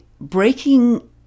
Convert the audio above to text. breaking